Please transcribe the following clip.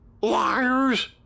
liars